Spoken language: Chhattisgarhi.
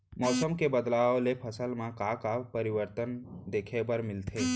मौसम के बदलाव ले फसल मा का का परिवर्तन देखे बर मिलथे?